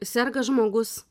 serga žmogus